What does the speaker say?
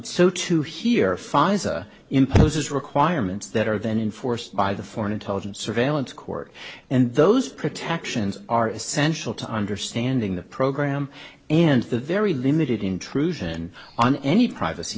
so to hear five imposes requirements that are then in force by the foreign intelligence surveillance court and those protections are essential to understanding the program and the very limited intrusion on any privacy